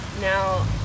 Now